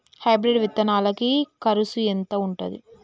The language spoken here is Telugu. హైబ్రిడ్ విత్తనాలకి కరుసు ఎంత ఉంటది?